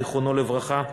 זיכרונו לברכה,